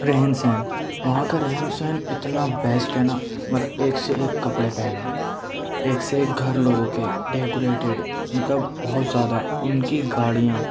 رہن سہن وہاں کا رہن سہن اتنا بیسٹ ہے نا مطلب ایک سے ایک کپڑے پہننے ایک سے ایک گھر لوگوں کے ڈیکوریٹیڈ مطلب بہت زیادہ ان کی گاڑیاں